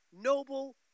noble